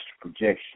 projection